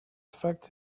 affect